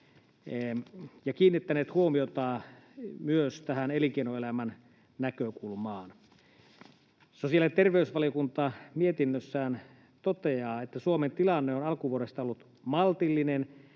ja kiinnittäneet huomiota myös tähän elinkeinoelämän näkökulmaan. Sosiaali- ja terveysvaliokunta mietinnössään toteaa, että ”Suomen tilanne on alkuvuodesta ollut maltillinen